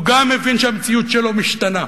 גם הוא מבין שהמציאות שלו משתנה,